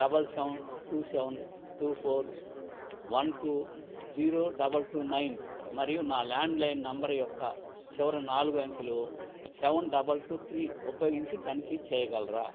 double seven two seven two four one two zero double two nine మరియు నా landline number యొక్క చివరి నాలుగు అంకెలు సెవెన్ డబల్ టూ త్రీ ఉపయోగించి తనిఖీ చేయగలరా